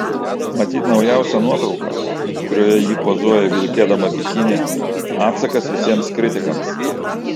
matyt naujausia nuotrauka kurioje ji pozuoja vilkėdama bikinį atsakas visiems kritikams